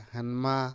Hanma